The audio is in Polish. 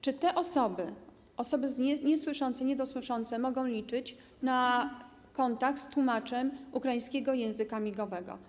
Czy te osoby, osoby niesłyszące i niedosłyszące, mogą liczyć na kontakt z tłumaczem ukraińskiego języka migowego?